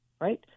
Right